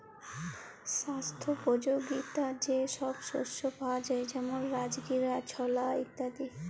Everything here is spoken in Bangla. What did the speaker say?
স্বাস্থ্যপ যগীতা যে সব শস্য পাওয়া যায় যেমল রাজগীরা, ছলা ইত্যাদি